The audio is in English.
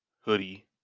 hoodie